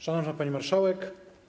Szanowna Pani Marszałek!